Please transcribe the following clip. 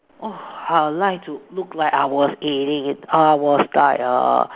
orh I like to look like I was acing it I was died err